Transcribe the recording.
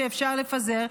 אפשר לפזר,